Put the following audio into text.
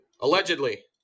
allegedly